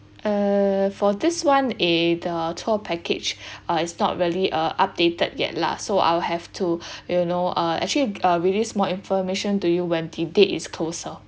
uh for this [one] eh the tour package uh it's not really uh updated yet lah so I'll have to you know uh actually uh release more information to you when the date is closer